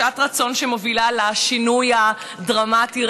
שעת רצון שמובילה לשינוי הדרמטי,